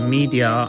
Media